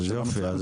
אז יופי,